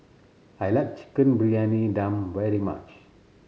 I like Chicken Briyani Dum very much